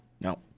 No